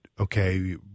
okay